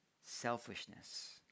selfishness